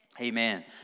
amen